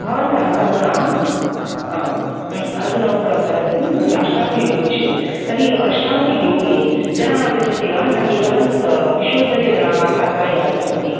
भवन्तः अधुना अधुना उक्तवन्तः किम् अष्टाङ्गयोगविषये तर्हि अष्टाङ्गयोगे जनाः आगच्छन्ति वा न केवलं विश्वविद्यालयजनाः छात्राः एव आगच्छन्ति